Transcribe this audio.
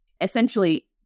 essentially